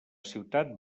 ciutat